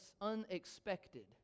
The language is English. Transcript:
unexpected